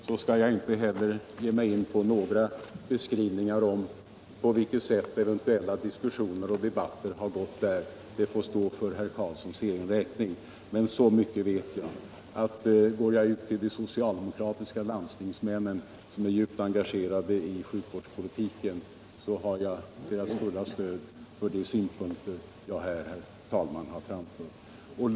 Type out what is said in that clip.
Herr talman! Eftersom jag inte tillhör Landstingsförbundets styrelse, skall jag inte ge mig in på några beskrivningar av på vilket sätt eventuella diskussioner där har förts. Det får stå för herr Eric Carlssons egen räkning. Men så mycket vet jag att går jag ut till de socialdemokratiska landstingsmännen, som är djupt engagerade i sjukvårdspolitiken, har jag deras fulla stöd för de synpunkter som jag här har framfört.